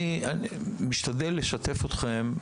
אני משתדל לשתף אתכם,